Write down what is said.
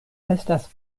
estas